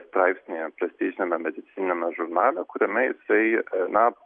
straipsnį prestižiniame medicininiame žurnale kuriame jisai na